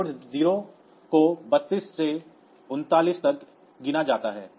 port P0 को 32 से 39 तक गिना जाता है